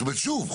שוב,